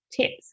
tips